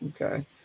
Okay